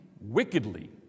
wickedly